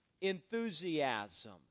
enthusiasm